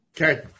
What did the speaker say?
Okay